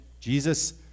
Jesus